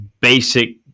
basic